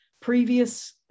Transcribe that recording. previous